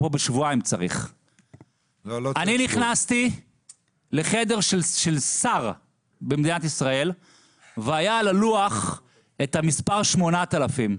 אני נכנסתי לחדר של שר במדינת ישראל והיה על הלוח את המספר 8,000,